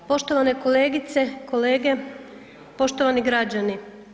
Poštovane kolegice, kolege, poštovani građani.